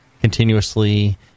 continuously